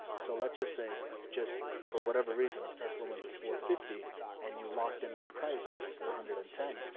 so let's just say just for whatever reason, if tesla went to four fifty and you locked in the price of four hundred and ten,